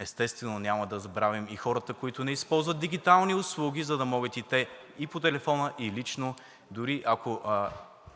Естествено, няма да забравим и хората, които не използват дигитални услуги, за да могат и те по телефона, и лично, дори ако